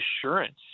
assurance